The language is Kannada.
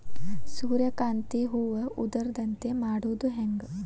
ಸೂರ್ಯಕಾಂತಿ ಹೂವ ಉದರದಂತೆ ಮಾಡುದ ಹೆಂಗ್?